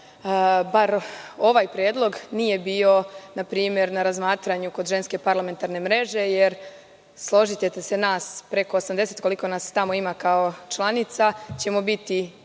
bar ovaj predlog nije bio na primer na razmatranju kod Ženske parlamentarne mreže jer složiće te se, nas preko 80 koliko nas tamo ima kao članica ćemo biti